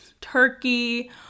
turkey